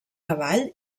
cavall